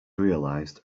realized